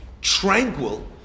tranquil